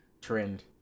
trend